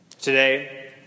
Today